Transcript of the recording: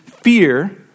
fear